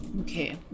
Okay